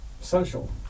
social